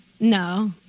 no